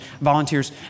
volunteers